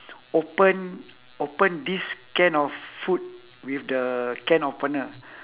open open this can of food with the can opener